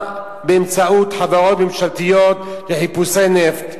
באמצעות חברות ממשלתיות לחיפושי נפט וגז,